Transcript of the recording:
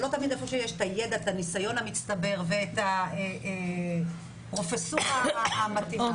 ולא תמיד במקומות בעלי ידע וניסיון מצטבר ופרופסורה מתאימה,